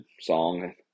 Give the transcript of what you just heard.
song